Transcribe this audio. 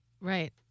Right